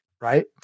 right